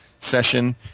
session